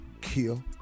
Kill